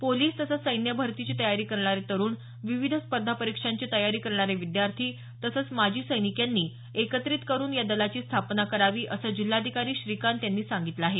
police तसंच सैन्य भरतीची तयारी करणारे तरूण विविध स्पर्धा परीक्षांची तयारी करणारे विद्यार्थी तसंच माजी सैनिक यांना एकत्रित करून या दलाची स्थापना करावी असं जिल्हाधिकारी श्रीकांत यांनी सांगितलं आहे